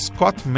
Scott